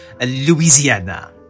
Louisiana